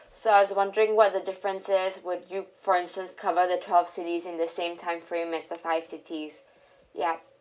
so I was wondering what the difference is would you for instance cover the twelve cities in the same time frame as the five cities ya